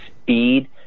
speed